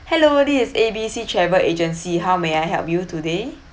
hello this is A B C travel agency how may I help you today